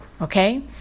okay